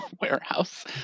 warehouse